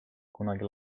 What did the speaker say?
kunagi